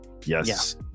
yes